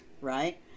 right